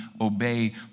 obey